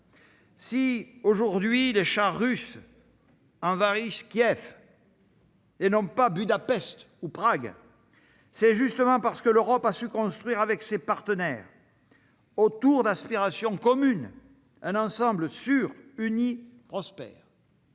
Si aujourd'hui les chars russes envahissent Kiev et non pas Budapest ou Prague, c'est justement parce que l'Europe a su construire avec ses partenaires, autour d'aspirations communes, un ensemble sûr, uni, prospère.